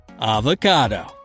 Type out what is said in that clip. Avocado